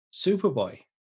Superboy